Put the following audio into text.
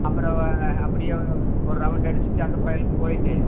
அப்பறம் அப்படியே ஒரு ரவுண்ட் அடிச்சுட்டு அந்த கோவிலுக்கும் போய்விட்டு